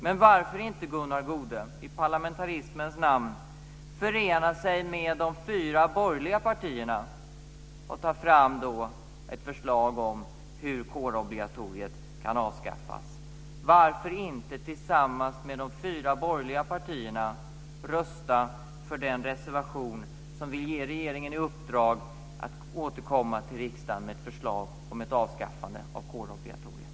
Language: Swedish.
Men varför inte, Gunnar Goude, i parlamentarismens namn förena sig med de fyra borgerliga partierna och ta fram ett förslag om hur kårobligatoriet kan avskaffas? Varför inte tillsammans med de fyra borgerliga partierna rösta för den reservation som vill ge regeringen i uppdrag att återkomma till riksdagen med ett förslag om ett avskaffande av kårobligatoriet?